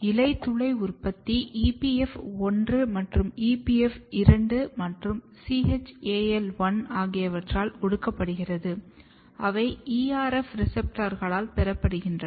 இலைத்துளை உற்பத்தி EPF1 மற்றும் EPF 2 மற்றும் CHAL1 ஆகியவற்றால் ஒடுக்கப்படுகிறது அவை ERF ரெஸ்ப்ரோர்களால் பெறப்படுகின்றன